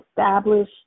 establish